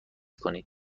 کنید